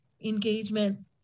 engagement